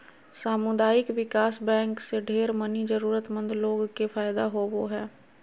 सामुदायिक विकास बैंक से ढेर मनी जरूरतमन्द लोग के फायदा होवो हय